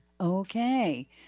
Okay